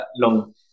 long